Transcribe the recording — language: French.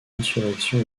insurrection